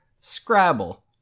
Scrabble